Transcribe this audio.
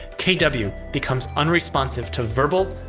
kw becomes unresponsive to verbal,